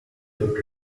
toute